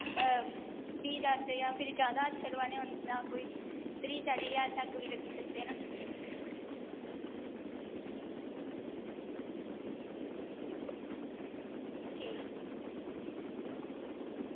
बीह् जाह्र दे जां जादा अच्छे लैनें होन तां कोई त्रीह् चाली ज्हार तक बी लग्गी सकदे न ठीक